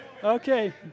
Okay